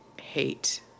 hate